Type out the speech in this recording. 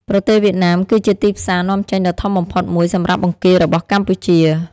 ប្រទេសវៀតណាម គឺជាទីផ្សារនាំចេញដ៏ធំបំផុតមួយសម្រាប់បង្គារបស់កម្ពុជា។